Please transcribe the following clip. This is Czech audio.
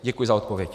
Děkuji za odpověď.